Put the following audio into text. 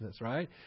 right